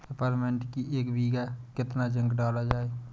Peppermint की एक बीघा कितना जिंक डाला जाए?